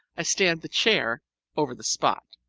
i stand the chair over the spot.